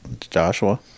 Joshua